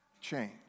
change